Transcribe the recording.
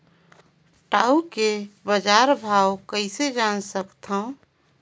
टाऊ के बजार भाव कइसे जान सकथव?